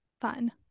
fun